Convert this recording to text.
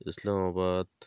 Islamabad